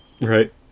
Right